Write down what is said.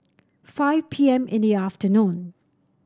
five P M in the afternoon